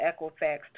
Equifax